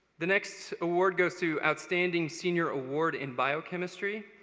the next award goes to outstanding senior award in biochemistry.